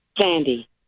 Sandy